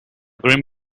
grim